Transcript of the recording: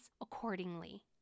accordingly